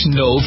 no